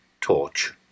torch